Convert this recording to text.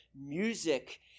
Music